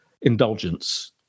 indulgence